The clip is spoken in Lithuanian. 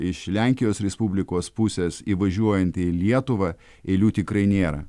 iš lenkijos respublikos pusės įvažiuojant į lietuvą eilių tikrai nėra